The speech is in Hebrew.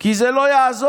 כי זה לא יעזור.